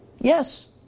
Yes